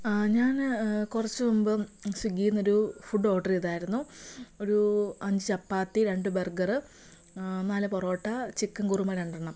ആ ഞാൻ കുറച്ച് മുമ്പ് സ്വിഗ്ഗീന്നൊരു ഫുഡ് ഓർഡർ ചെയ്തായിരുന്നു ഒരു അഞ്ച് ചപ്പാത്തി രണ്ട് ബർഗറ് നാല് പൊറോട്ട ചിക്കൻ കുറുമ രണ്ടെണ്ണം